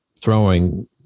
throwing